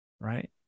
right